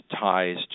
ties